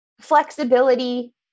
flexibility